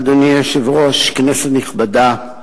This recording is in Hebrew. אדוני היושב-ראש, כנסת נכבדה,